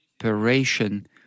operation